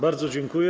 Bardzo dziękuję.